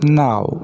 now